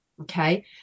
Okay